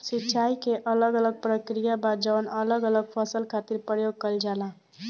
सिंचाई के अलग अलग प्रक्रिया बा जवन अलग अलग फसल खातिर प्रयोग कईल जाला